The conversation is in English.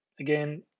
Again